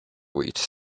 reached